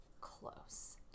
close